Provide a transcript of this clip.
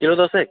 kilo দশেক